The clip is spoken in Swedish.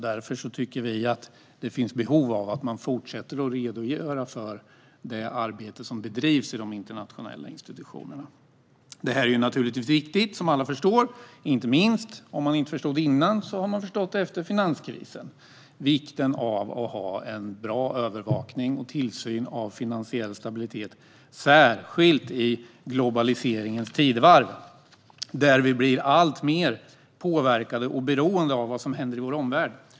Vi tycker att det finns behov av att man fortsätter att redogöra för det arbete som bedrivs vid de internationella institutionerna. Det här är naturligtvis viktigt, som alla förstår. Om man inte förstod det innan har man förstått det efter finanskrisen. Det är viktigt att ha bra övervakning och tillsyn av finansiell stabilitet, särskilt i globaliseringens tidevarv, då vi blir alltmer påverkade och beroende av vad som händer i vår omvärld.